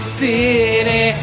city